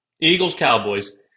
Eagles-Cowboys